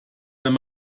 wenn